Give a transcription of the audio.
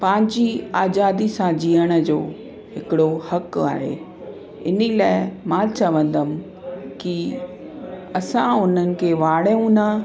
पंहिंजी आजादी सां जीअण जो हिकिड़ो हक आहे इन लाइ मां चवंदमि की असां उन्हनि खे वाड़ियूं न